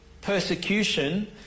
persecution